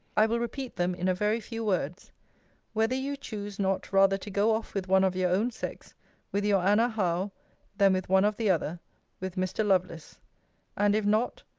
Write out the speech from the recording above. i will repeat them in a very few words whether you choose not rather to go off with one of your own sex with your anna howe than with one of the other with mr. lovelace and if not,